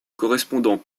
correspondant